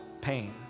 pain